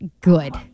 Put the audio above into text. good